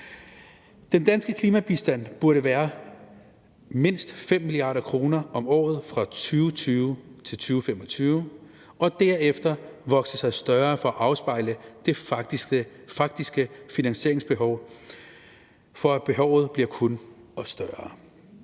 Den danske klimabistand burde være på mindst 5 mia. kr. om året fra 2020 til 2025 og derefter vokse sig større for at afspejle det faktiske finansieringsbehov. For behovet bliver kun større.